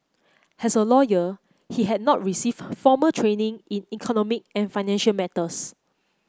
as a lawyer he had not received formal training in economic and financial matters